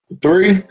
Three